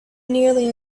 nearly